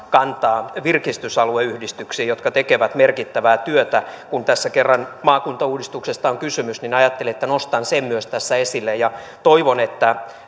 kantaa virkistysalueyhdistyksiin jotka tekevät merkittävää työtä kun tässä kerran maakuntauudistuksesta on kysymys ajattelin että nostan sen myös tässä esille toivon että